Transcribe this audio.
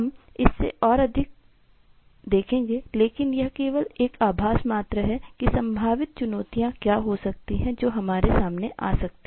हम इसमें और अधिक देखेंगे लेकिन यह केवल एक आभास मात्र है कि संभावित चुनौतियां क्या हो सकती हैं जो सामने आ सकती हैं